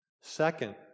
Second